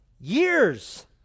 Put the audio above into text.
years